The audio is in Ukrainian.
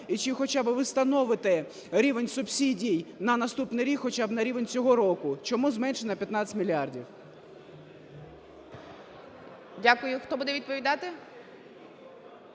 і чи хоча би ви встановите рівень субсидій на наступний рік хоча б на рівень цього року? Чому зменшено на 15 мільярдів? ГОЛОВУЮЧИЙ. Дякую. Хто буде відповідати?